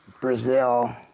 Brazil